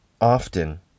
often